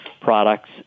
products